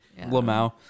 Lamau